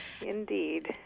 Indeed